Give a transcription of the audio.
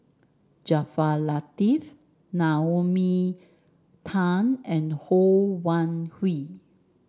Jaafar Latiff Naomi Tan and Ho Wan Hui